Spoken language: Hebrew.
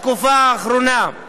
בתקופה האחרונה.